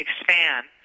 expand